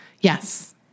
Yes